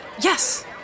Yes